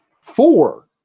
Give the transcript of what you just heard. four